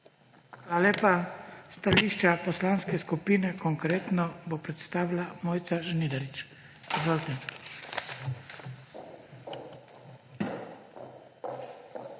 lepa. Stališče Poslanske skupine Konkretno bo predstavila Mojca Žnidarič. Izvolite.